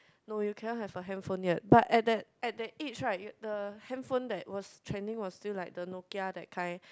no you cannot have a handphone yet but at that at that age right you the handphone that was trending was still like the Nokia that kind